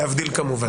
להבדיל כמובן.